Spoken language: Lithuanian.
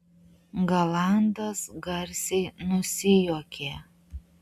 galandas garsiai nusijuokė